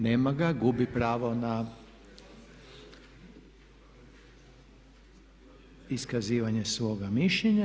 Nema ga, gubi pravo na iskazivanje svoga mišljenja.